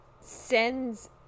sends